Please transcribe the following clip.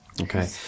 Okay